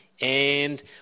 and